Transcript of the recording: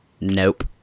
Nope